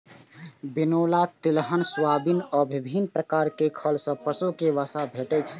बिनौला, तिलहन, सोयाबिन आ विभिन्न प्रकार खल सं पशु कें वसा भेटै छै